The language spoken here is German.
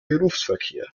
berufsverkehr